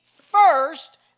first